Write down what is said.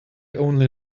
only